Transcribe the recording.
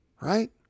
Right